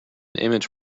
image